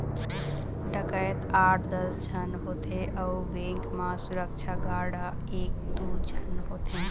डकैत आठ दस झन होथे अउ बेंक म सुरक्छा गार्ड एक दू झन होथे